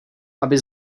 aby